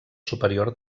superior